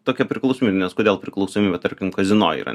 tokia priklausomybė nes kodėl priklausomybė tarkim kazino yra